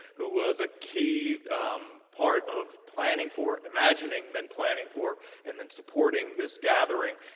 who was a key um part of planning for imagining, then planning for and then supporting this gathering.